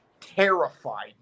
terrified